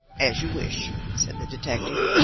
as you wish, said the detective.